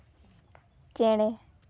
ᱪᱮᱬᱮ